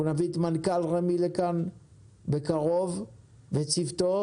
אנחנו נביא את מנכ"ל רמ"י לכאן בקרוב ואת צוותו